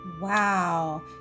Wow